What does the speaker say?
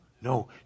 no